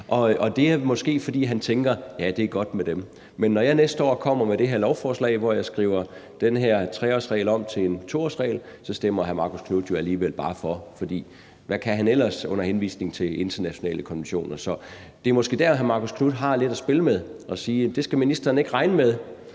og det er måske, fordi han tænker: Ja, det er godt med dem, men når jeg næste år kommer med det her lovforslag, hvor jeg skriver den her 3-årsregel om til en 2-årsregel, så stemmer hr. Marcus Knuth jo alligevel bare for, for hvad kan han ellers under henvisning til internationale konventioner? Det er måske der, hr. Marcus Knuth har lidt at spille med og kan sige, at det skal ministeren ikke regne med,